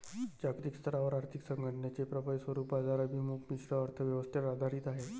जागतिक स्तरावर आर्थिक संघटनेचे प्रबळ स्वरूप बाजाराभिमुख मिश्र अर्थ व्यवस्थेवर आधारित आहे